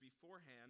beforehand